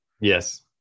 Yes